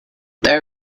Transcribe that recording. their